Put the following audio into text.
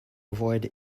avoid